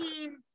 team